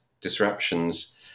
disruptions